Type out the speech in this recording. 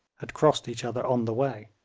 had crossed each other on the way.